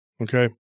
Okay